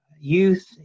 youth